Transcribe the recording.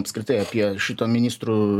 apskritai apie šito ministrų